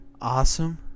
Awesome